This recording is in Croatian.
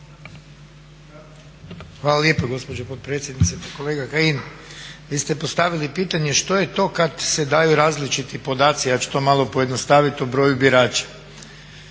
Hvala lijepa gospođo potpredsjednice. Pa kolega Kajin vi ste postavili pitanje što je to kad se daju različiti podaci, ja ću to malo pojednostaviti, o broju birača.